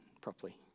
properly